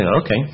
okay